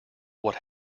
what